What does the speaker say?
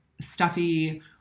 stuffy